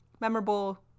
memorable